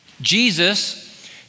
Jesus